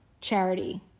charity